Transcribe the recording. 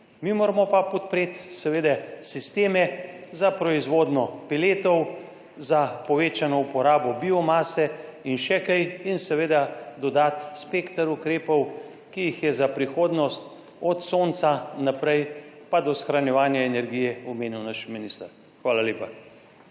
mi moramo pa podpreti seveda sisteme za proizvodnjo peletov, za povečano uporabo biomase in še kaj in seveda dodati spekter ukrepov, ki jih je za prihodnost od sonca naprej pa do shranjevanja energije omenil naš minister. Hvala lepa.